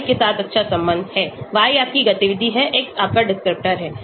y आपकी गतिविधि है x आपका डिस्क्रिप्टर है